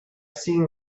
seen